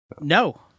No